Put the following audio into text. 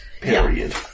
Period